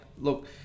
look